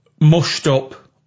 mushed-up